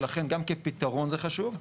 ולכן גם כפתרון זה חשוב.